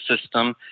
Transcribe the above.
system